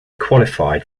qualified